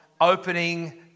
opening